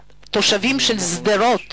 תושבי שדרות